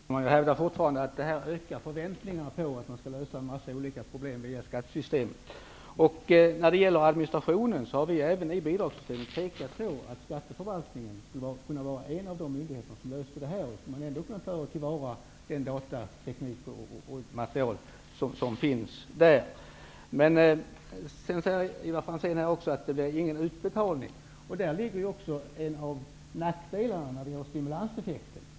Herr talman! Jag hävdar fortfarande att man på detta sätt ökar förväntningarna på att en mängd olika problem skall lösas via skattesystemet. Beträffande administrationen har vi pekat på att skatteförvaltningen i ett bidragssystem kan vara en av de myndigheter som löser denna fråga, med tillvaratagande av den datateknik och den materiel som finns hos den. Ivar Franzén säger att det inte blir fråga om några utbetalningar. Däri ligger också en av nackdelarna beträffande stimulanseffekten.